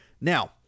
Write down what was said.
Now